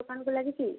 ଦୋକନକୁ ଲାଗିଛି